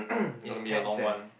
intense eh